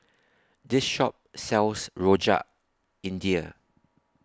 This Shop sells Rojak India